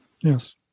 Yes